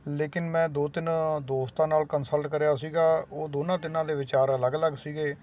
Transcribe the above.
ਲੇਕਿਨ ਮੈਂ ਦੋ ਤਿੰਨ ਦੋਸਤਾਂ ਨਾਲ ਕੰਸਲਟ ਕਰਿਆ ਸੀਗਾ ਉਹ ਦੋਨਾਂ ਤਿੰਨਾਂ ਦੇ ਵਿਚਾਰ ਅਲੱਗ ਅਲੱਗ ਸੀਗੇ